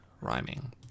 Rhyming